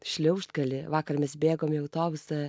šliaužt gali vakar mes bėgom į autobusą